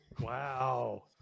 Wow